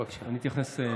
אני אתייחס.